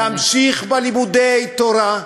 להמשיך בלימודי תורה,